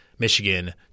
Michigan